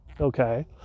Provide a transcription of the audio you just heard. Okay